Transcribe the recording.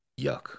Yuck